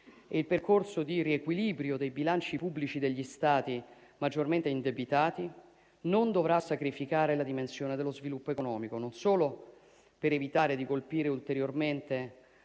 e il percorso di riequilibrio dei bilanci pubblici degli Stati maggiormente indebitati non dovrà sacrificare la dimensione dello sviluppo economico, non solo per evitare di colpire ulteriormente